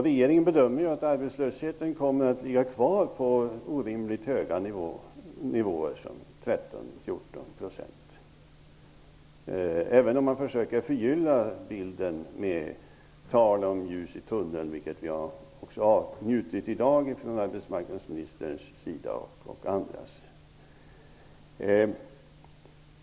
Regeringen bedömer att arbetslösheten kommer att ligga kvar på orimligt höga nivåer, 13--14 %, även om man försöker förgylla bilden med tal om ljus i tunneln. Det har vi avnjutit från arbetsmarknadsministerns och andras sida i dag.